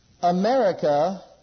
America